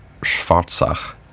Schwarzach